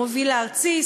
המוביל הארצי,